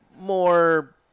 more